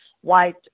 white